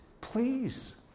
please